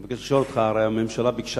אני מבקש לשאול אותך: הרי הממשלה ביקשה